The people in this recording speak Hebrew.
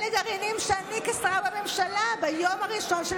אלה גרעינים שאני כשרה בממשלה ביום הראשון של